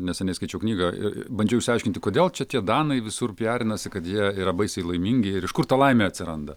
neseniai skaičiau knygą bandžiau išsiaiškinti kodėl čia tie danai visur piarinasi kad jie yra baisiai laimingi ir iš kur ta laimė atsiranda